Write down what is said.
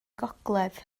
gogledd